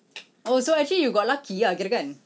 oh so actually you got lucky ah kirakan